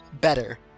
better